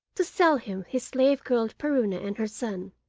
to sell him his slave girl puruna and her son,